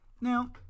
Now